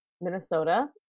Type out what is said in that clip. Minnesota